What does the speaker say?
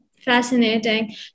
Fascinating